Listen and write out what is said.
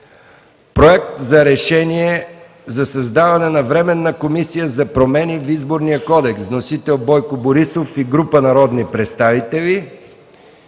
Проект за решение за създаване на Временна комисия за промени в Изборния кодекс. Вносители – Бойко Борисов и група народни представители;